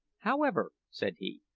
however, said he,